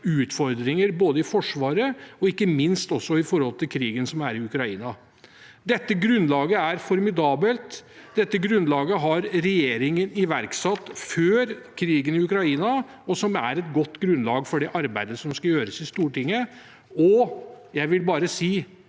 utfordringer både i Forsvaret og ikke minst også når det gjelder krigen i Ukraina. Dette grunnlaget er formidabelt. Dette grunnlaget har regjeringen iverksatt før krigen i Ukraina, og det er et godt grunnlag for det arbeidet som skal gjøres i Stortinget. Og jeg vil bare si: